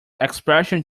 expression